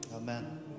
Amen